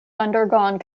undergone